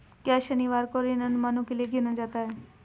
क्या शनिवार को ऋण अनुमानों के लिए गिना जाता है?